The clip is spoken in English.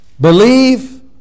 Believe